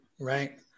right